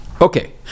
Okay